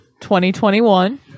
2021